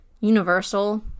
universal